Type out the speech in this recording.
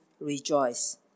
rejoice